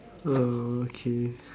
uh okay